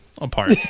apart